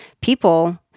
people